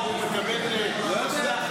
מה, הוא מקבל --- לא יודע.